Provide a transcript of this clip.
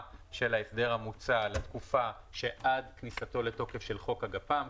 של ההסדר המוצע לתקופה של עד כניסתו לתוקף של חוק הגפ"מ.